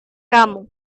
kamu